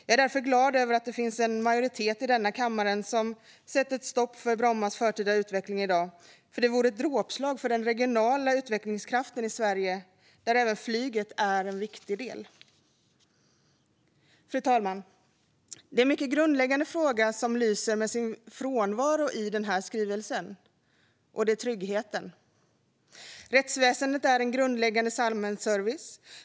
Jag är därför glad över att en majoritet i kammaren i dag sätter stopp för Bromma flygplats förtida avveckling, för det vore ett dråpslag för den regionala utvecklingskraften i Sverige där även flyget är en viktig del. Fru talman! Det är något mycket grundläggande som lyser med sin frånvaro i skrivelsen, nämligen tryggheten. Rättsväsendet är en grundläggande samhällsservice.